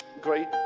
Great